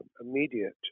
immediate